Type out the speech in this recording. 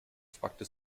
fragte